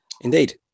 Indeed